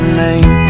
name